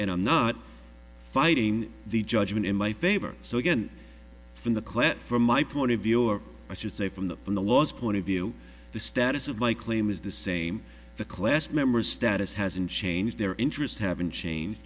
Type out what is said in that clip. and i'm not fighting the judgement in my favor so again from the clip from my point of view or i should say from the from the law's point of view the status of my claim is the same the class member status hasn't changed their interests haven't cha